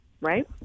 Right